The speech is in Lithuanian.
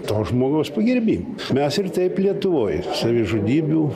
to žmogaus pagerbimui mes ir taip lietuvoje savižudybių